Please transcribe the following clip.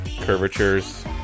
curvatures